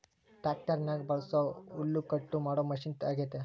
ಟ್ಯಾಕ್ಟರ್ನಗ ಬಳಸೊ ಹುಲ್ಲುಕಟ್ಟು ಮಾಡೊ ಮಷಿನ ಅಗ್ಯತೆ